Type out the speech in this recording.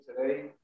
today